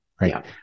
right